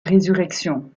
résurrection